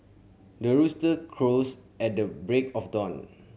the rooster crows at the break of dawn